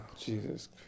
Jesus